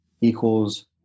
equals